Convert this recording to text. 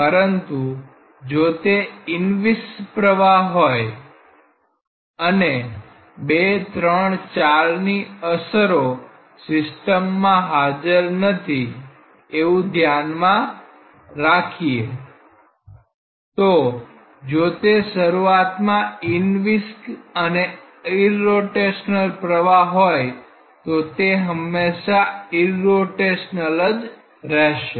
પરંતુ જો તે ઇનવિસ્કીડ હોય અને 234 ની અસરો સિસ્ટમમાં હાજર નથી એવું ધ્યાન માં રાખીએ તો જો તે શરૂઆતમાં ઇનવિસ્કીડ અને ઈરરોટેશનલ હોય તો તે હંમેશા ઈરરોટેશનલ જ રહેશે